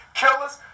killers